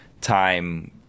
time